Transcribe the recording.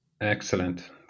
excellent